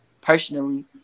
personally